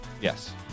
Yes